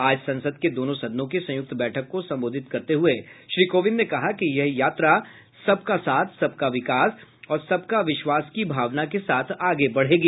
आज संसद के दोनों सदनों की संयुक्त बैठक को संबोधित करते हुए श्री कोविंद ने कहा कि यह यात्रा सबका साथ सबका विकास और सबका विश्वास की भावना के साथ आगे बढ़ेगी